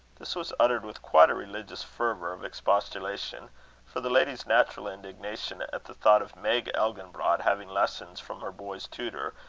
this was uttered with quite a religious fervour of expostulation for the lady's natural indignation at the thought of meg elginbrod having lessons from her boys' tutor,